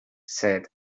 said